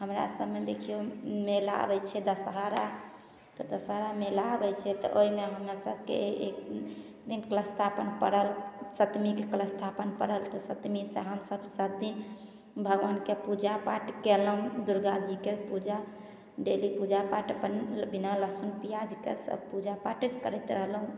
हमरासभमे देखिऔ मेला आबै छै दशहरा तऽ दशहरा मेला आबै छै तऽ ओहिमे हमे सभकेँ एक दिन कलश स्थापन पड़ल सतमीके कलश स्थापन पड़ल तऽ सतमीसे हमसभ सती भगवानके पूजा पाठ कएलहुँ दुरगाजीके पूजा डेली पूजा पाठ अपन बिना लहसुन पिआजके सब पूजा पाठ करैत रहलहुँ